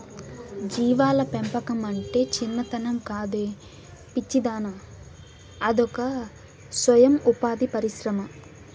జీవాల పెంపకమంటే చిన్నతనం కాదే పిచ్చిదానా అదొక సొయం ఉపాధి పరిశ్రమ